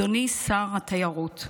אדוני שר התיירות,